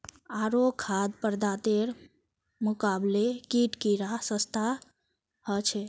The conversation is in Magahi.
आरो खाद्य पदार्थेर मुकाबले कीट कीडा सस्ता ह छे